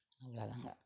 அவ்வளோ தாங்க